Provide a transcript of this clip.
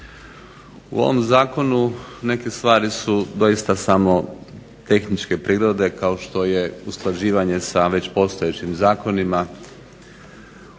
U ovom zakonu neke stvari su doista samo tehničke prirode kao što je usklađivanje sa već postojećim zakonima.